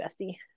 bestie